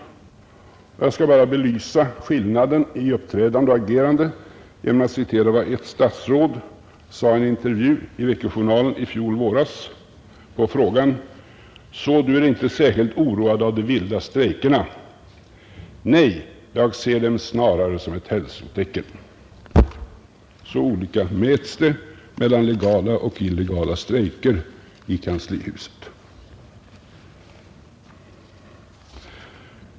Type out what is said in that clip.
Jag skall bara belysa skillnaden i uppträdande och agerande genom att citera vad ett statsråd sade i en intervju i Vecko-Journalen i fjol våras på frågan: ”Så du är inte särskilt oroad av de vilda strejkerna?” — ”Nej, jag ser dem snarare som ett hälsotecken.” — Så olika mäts det mellan legala och illegala strejker i kanslihuset!